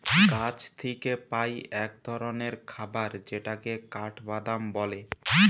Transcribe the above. গাছ থিকে পাই এক ধরণের খাবার যেটাকে কাঠবাদাম বলে